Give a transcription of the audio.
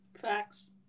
Facts